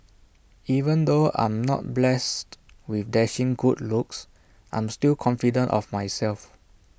even though I'm not blessed with dashing good looks I am still confident of myself